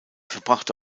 verbrachte